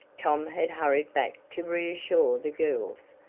tom had hurried back to reassure the girls.